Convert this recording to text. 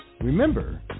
Remember